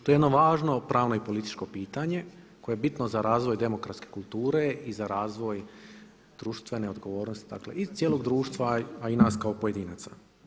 To je važno pravno i političko pitanje koje je bitno za razvoj demokratske kulture i za razvoj društvene odgovornosti i cijelog društva, a i nas kao pojedinaca.